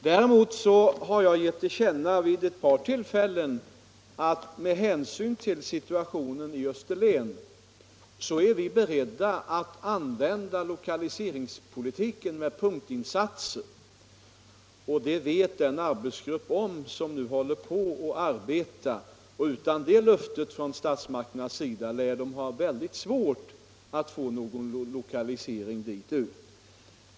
Däremot har jag vid ett par tillfällen gett till känna att vi med hänsyn till situationen på Österlen är beredda att använda lokaliseringspolitiken med punktinsatser, och det vet den arbetsgrupp som nu arbetar. Utan det löftet från statsmakterna lär det bli svårt att få någon lokalisering dit.